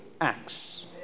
acts